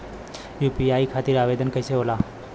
UPI खातिर आवेदन कैसे होला?